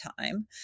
time